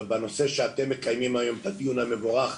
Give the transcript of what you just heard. ובנושא שאתם מקיימים היום את הדיון המבורך,